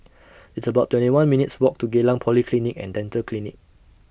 It's about twenty one minutes' Walk to Geylang Polyclinic and Dental Clinic